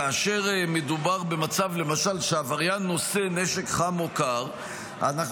כאשר מדובר במצב שעבריין נושא נשק חם או קר אנחנו